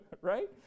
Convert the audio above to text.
right